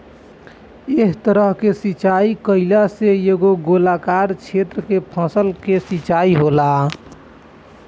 एह तरह के सिचाई कईला से एगो गोलाकार क्षेत्र के फसल के सिंचाई होला